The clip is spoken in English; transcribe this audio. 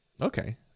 Okay